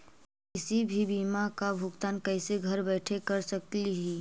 किसी भी बीमा का भुगतान कैसे घर बैठे कैसे कर स्कली ही?